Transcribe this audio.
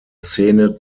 szene